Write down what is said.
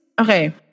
okay